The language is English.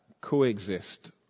coexist